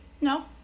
No